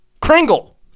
Kringle